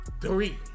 Three